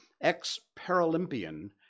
ex-Paralympian